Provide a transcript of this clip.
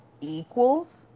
equals